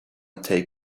take